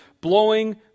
blowing